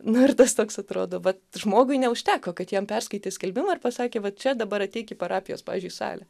nu ir tas toks atrodo kad žmogui neužteko kad jam perskaitė skelbimą ir pasakė va čia dabar ateik į parapijos pavyzdžiui salę